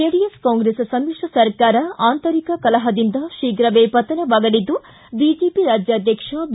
JDS Congress ಸಮಿತ್ರ ಸರ್ಕಾರ ಅಂತರಿಕ ಕಲಪದಿಂದ ಶೀಘವೇ ಪತನವಾಗಲಿದ್ದು ಬಿಜೆಪಿ ರಾಜ್ಯಾಧ್ವಕ್ಷ ಬಿ